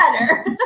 better